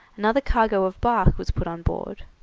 another cargo of bark was put on board.